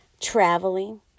traveling